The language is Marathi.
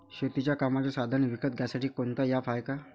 शेतीच्या कामाचे साधनं विकत घ्यासाठी कोनतं ॲप हाये का?